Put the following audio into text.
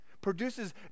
produces